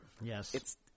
Yes